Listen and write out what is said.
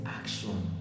action